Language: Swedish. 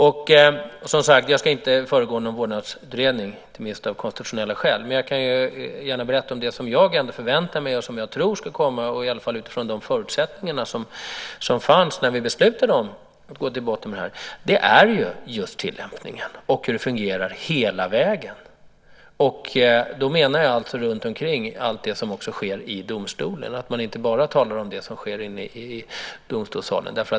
Jag ska inte föregripa någon vårdnadsutredning, inte minst av konstitutionella skäl, men jag kan gärna berätta om det som jag förväntar mig och som jag tror ska komma, i alla fall utifrån de förutsättningar som fanns när vi beslutade att gå till botten med det här. Det är just tillämpningen och hur det fungerar hela vägen. Då menar jag runtomkring, allt det som också sker i domstolen, att man inte bara talar om det som sker inne i domstolssalen.